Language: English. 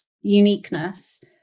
uniqueness